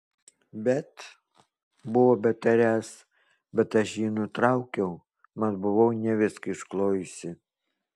bet buvo betariąs bet aš jį nutraukiau mat buvau ne viską išklojusi